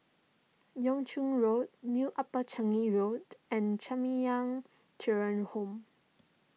Yuan Ching Road New Upper Changi Road and Jamiyah Children's Home